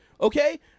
okay